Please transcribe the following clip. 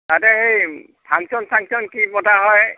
তাতে সেই ফাংচন চাংচন কি পতা হয়